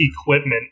equipment